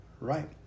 Right